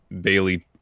Bailey